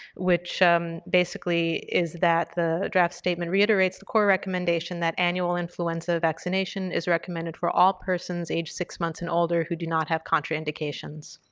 which basically is that the draft statement reiterates the core recommendation that annual influenza vaccination is recommended for all persons age six months and older who do not have contraindications.